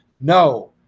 No